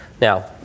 now